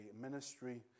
ministry